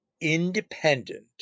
independent